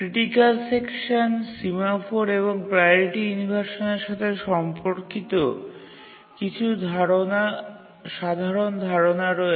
critical section semaphore এবং priority ইনভারসানের সাথে সম্পর্কিত কিছু সাধারণ ধারণা রয়েছে